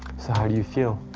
so how do you feel?